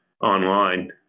online